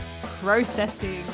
processing